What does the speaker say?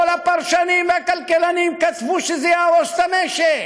כל הפרשנים והכלכלנים כתבו שזה יהרוס את המשק,